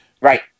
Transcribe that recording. Right